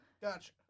Gotcha